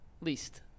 least